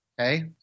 Okay